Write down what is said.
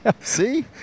see